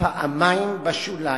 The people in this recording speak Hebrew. "פעמיים בשוליים,